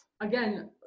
again